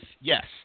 Yes